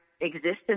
existence